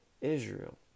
Israel